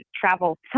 travel